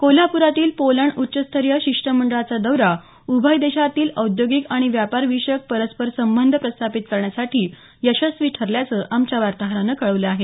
कोल्हापुरातील पोलंड उच्चस्तरिय शिष्टमंडळचा दौरा उभय देशांतील औद्योगिक आणि व्यापार विषयक परस्पर संबंध प्रस्थापित करण्यासाठी यशस्वी ठरल्याचं आमच्या वार्ताहरानं कळवलं आहे